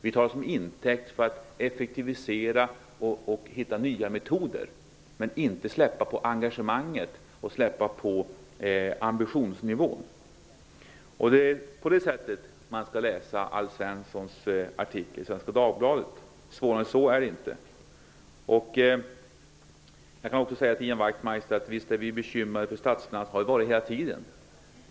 Vi tar det till intäkt för att effektivisera och hitta nya metoder, inte för att släppa engagemanget och ambitionsnivån. Det är på det sättet man skall läsa Alf Svenssons artikel i Svenska Dagbladet. Svårare än så är det inte. Jag kan också säga till Ian Wachtmeister att vi visst är bekymrade för statsfinanserna -- det har vi varit hela tiden.